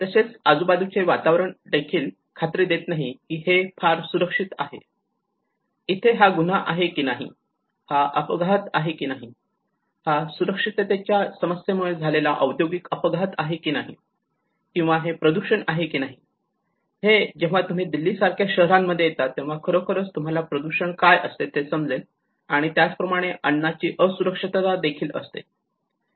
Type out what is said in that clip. तसेच आजूबाजूचे वातावरण देखील खात्री देत नाही की हे फार सुरक्षित आहे इथे हा गुन्हा आहे की नाही हा अपघात आहे की नाही हा सुरक्षिततेच्या समस्येमुळे झालेला औद्योगिक अपघात आहे की नाही किंवा हे प्रदूषण आहे की नाही हे जेव्हा तुम्ही दिल्लीसारख्या शहरांमध्ये येतात तेव्हा खरोखर तुम्हाला प्रदूषण काय असते ते समजेल आणि त्याच प्रमाणे अन्नाची असुरक्षितता देखील असते